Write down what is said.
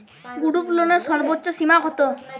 গ্রুপলোনের সর্বোচ্চ সীমা কত?